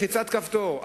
לחיצת כפתור.